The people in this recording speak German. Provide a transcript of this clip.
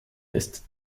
lässt